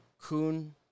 Coon